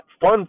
fun